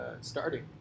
starting –